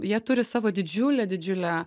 jie turi savo didžiulę didžiulę